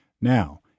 Now